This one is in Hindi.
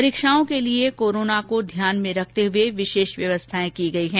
परीक्षाओं के लिये कोरोना को ध्यान में रखते हुए विशेष व्यवस्थाएं की गयी हैं